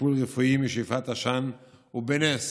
לטיפול רפואי באישון לילה בגלל שאיפת עשן, ובנס